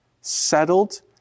settled